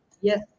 Yes